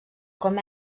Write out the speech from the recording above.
com